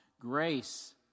Grace